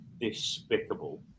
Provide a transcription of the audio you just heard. despicable